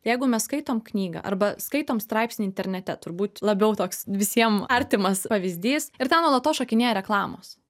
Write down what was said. jeigu mes skaitom knygą arba skaitom straipsnį internete turbūt labiau toks visiem artimas pavyzdys ir ten nuolatos šokinėja reklamos